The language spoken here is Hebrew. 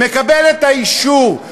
מקבל את האישור,